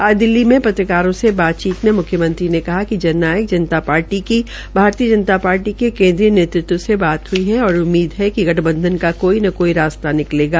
आज नई दिल्ली में पत्रकारों से बातचीत में मुख्यमंत्री ने कहा कि जन नायक जनता पार्टी के केन्द्रीय नेतृत्व से बात हई है और उम्मीद है कि गठबंधन का कोई न कोई रास्ता निकलेगा